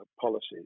policies